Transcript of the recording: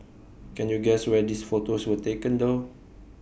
can you guess where these photos were taken though